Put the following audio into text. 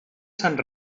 sant